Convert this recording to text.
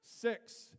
Six